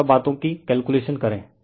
इन सब बातों की कैलकुलेशन करें